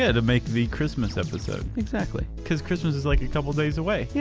and make the christmas episode. exactly. cause christmas is like a couple days away. yeah